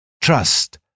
Trust